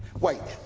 wait,